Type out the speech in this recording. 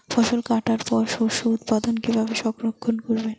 ফসল কাটার পর শস্য উৎপাদন কিভাবে সংরক্ষণ করবেন?